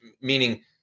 meaning